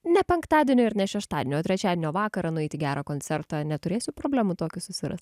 ne penktadienio ir ne šeštadienio o trečiadienio vakarą nueit į gerą koncertą neturėsiu problemų tokį susirast